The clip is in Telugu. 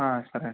సరే అండి